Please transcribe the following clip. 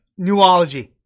Newology